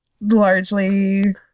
largely